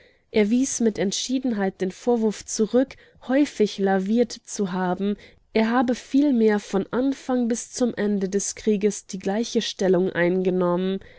er wies mit entschiedenheit den vorwurf zurück häufig laviert zu haben er habe vielmehr vom anfang bis zum ende des krieges die gleiche stellung eingenommen